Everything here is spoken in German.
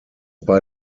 bei